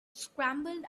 scrambled